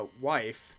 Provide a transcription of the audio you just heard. wife